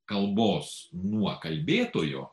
kalbos nuo kalbėtojo